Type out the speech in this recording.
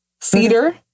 Cedar